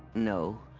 no.